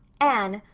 anne,